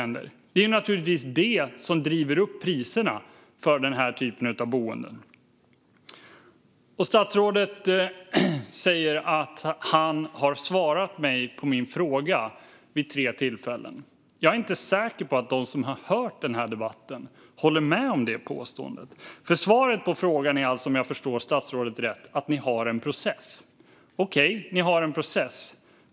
Det är detta som driver upp priserna för den här typen av boende. Statsrådet säger att han har svarat på min fråga vid tre tillfällen. Jag är inte säker på att de som hör den här debatten håller med om det. Svaret på frågan är alltså, om jag förstår statsrådet rätt, att ni har en process. Okej, ni har en process.